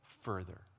further